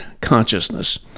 consciousness